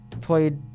played